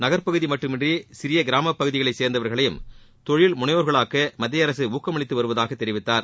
நகர்ப்பகுதி மட்டுமின்றி சிறிய கிராமப்பகுதிகளை சேர்ந்தவர்களையும் தொழில்முனைவோர்களாக்க மத்தியஅரசு ஊக்கமளித்து வருவதாக தெரிவித்தார்